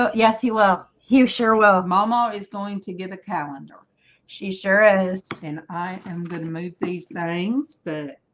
ah yes he will you sure well if mama is going to get a calendar she sure and is and i am gonna move these bearings but